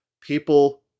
people